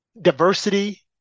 diversity